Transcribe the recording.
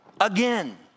again